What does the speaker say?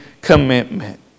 commitment